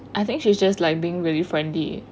I think she was just like being really friendly